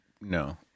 No